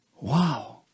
Wow